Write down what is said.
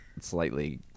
slightly